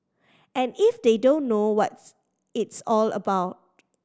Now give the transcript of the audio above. and if they don't know what it's all about